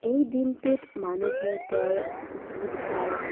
এই দিনটোত মানুহে তেওঁৰ গীত গায়